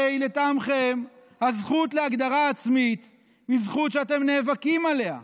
הרי לטעמכם הזכות להגדרה עצמית היא זכות שאתם נאבקים עליה,